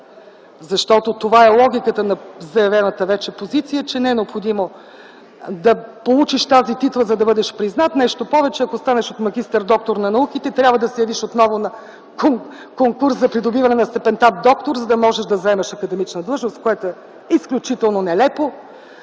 Защото това е логиката на заявената вече позиция, че не е необходимо да получиш тази титла, за да бъдеш признат. Нещо повече, ако станеш от магистър – доктор на науките, трябва да се явиш отново на конкурс за придобиване на степента „доктор”, за да можеш да заемаш академична длъжност, което е изключително нелепо,